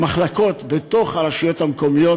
מחלקות בתוך הרשויות המקומיות,